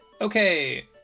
Okay